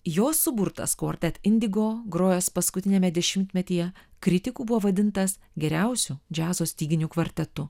jos suburtas kortet indigo grojęs paskutiniame dešimtmetyje kritikų buvo vadintas geriausiu džiazo styginių kvartetu